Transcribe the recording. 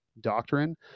doctrine